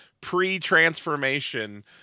pre-transformation